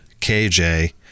kj